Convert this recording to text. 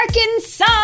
Arkansas